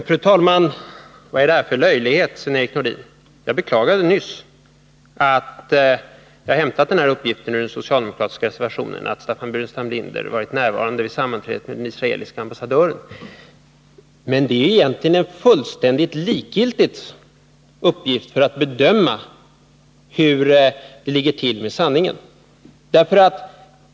Fru talman! Vad är det här för löjlighet, Sven-Erik Nordin? Jag beklagade nyss att jag hämtat uppgiften om att Staffan Burenstam Linder varit närvarande vid sammanträdet med den israeliska ambassadören ur den socialdemokratiska reservationen. Men det är egentligen en fullständigt likgiltig uppgift för bedömningen av hur det ligger till med sanningen.